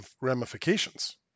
ramifications